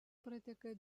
prateka